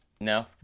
no